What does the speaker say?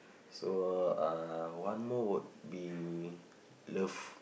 so uh one more would be love